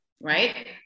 right